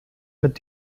mit